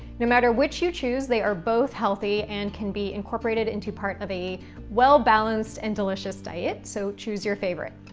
no matter which you choose, they are both healthy and can be incorporated into part of a well-balanced and delicious diet, so choose your favorite.